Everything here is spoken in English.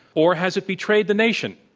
or has it betrayed the nation?